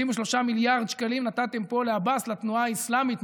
53 מיליארד שקלים נתתם פה לעבאס, לתנועה האסלאמית.